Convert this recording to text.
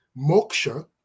moksha